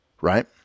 right